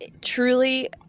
Truly